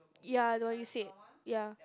ya the one you said ya